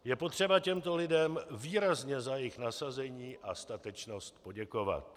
Je potřeba těmto lidem výrazně za jejich nasazení a statečnost poděkovat.